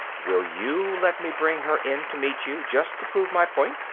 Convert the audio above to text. will you let me bring her in to meet you, just to prove my point?